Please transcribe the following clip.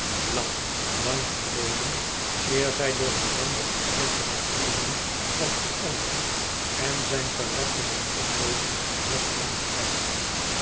lang lang geleden eer zij door ellende en slechte behandeling was veranderd en zijn karakter door ondeugd was ontaard